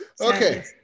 Okay